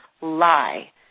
lie